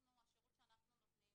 השירות שאנחנו נותנים